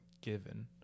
given